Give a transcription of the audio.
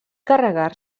carregar